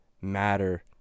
matter